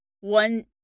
One